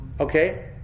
Okay